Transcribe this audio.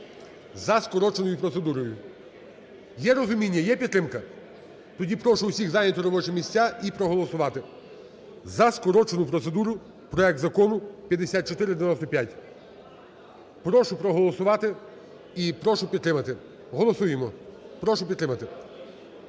за скороченою процедурою. Є розуміння, є підтримка? Тоді прошу усіх зайняти робочі місця і проголосувати за скорочену процедуру проекту Закону 5495. Прошу проголосувати. І прошу підтримати. Голосуємо. Прошу підтримати.